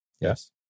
Yes